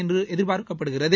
என்று எதிர்பார்க்கப்படுகிறது